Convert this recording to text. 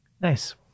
Nice